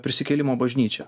prisikėlimo bažnyčia